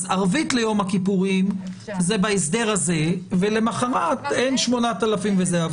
אז ערבית ביום הכיפורים ולמחרת אין 8,000 וזה.